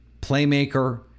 playmaker